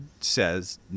says